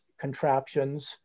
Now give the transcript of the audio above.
contraptions